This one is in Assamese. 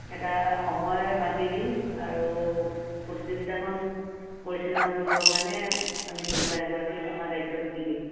এটা সময় বান্ধি দিম আৰু প্ৰতিযোগিতাখন পৰিচালনা কৰিবৰ কাৰণে আমি কোনোবা এগৰাকীক আমাৰ দায়িত্বটো দি দিম